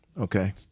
okay